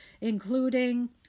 including